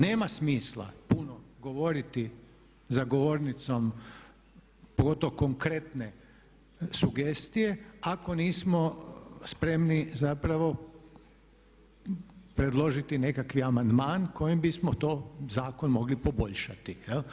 Nema smisla puno govoriti za govornicom, pogotovo konkretne sugestije ako nismo spremni zapravo predložiti nekakvi amandman kojim bismo to zakon mogli poboljšati.